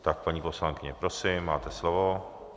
Tak, paní poslankyně, prosím, máte slovo.